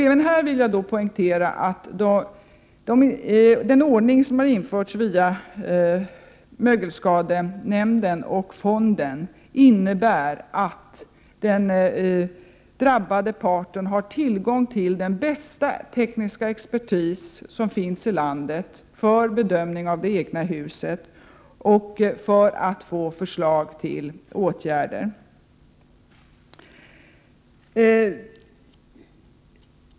Även här vill jag poängtera att den ordning som införts via småhusskadenämnden och fonden för avhjälpande av fuktoch mögelskador innebär att den drabbade parten har tillgång till den bästa tekniska expertis som finns i landet för bedömning av det egna huset och för att få förslag till åtgärder.